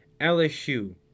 LSU